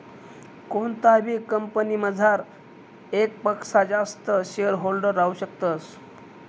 कोणताबी कंपनीमझार येकपक्सा जास्त शेअरहोल्डर राहू शकतस